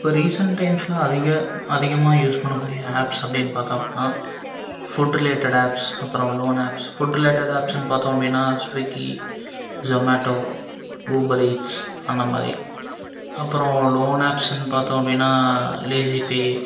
இப்போ ரீசென்ட் டைம்ஸில் அதிகம் அதிகமாக யூஸ் பண்ணக்கூடிய ஆப்ஸ் அப்படினு பார்த்தோம்னா ஃபுட் ரிலேட்டட் ஆப்ஸ் அப்புறம் லோன் ஆப்ஸ் ஃபுட் ரிலேட்டட் ஆப்ஸ்னு பார்த்தோம் அப்படினா ஸ்விகி ஸோமேட்டோ வூப்பர் இட்ஸ் அந்தமாதிரி அப்புறம் லோன் ஆப்ஸ்னு பார்த்தோம் அப்படினா லேசிபி